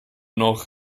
noch